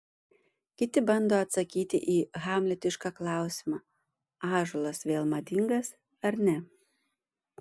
kiti bando atsakyti į hamletišką klausimą ąžuolas vėl madingas ar ne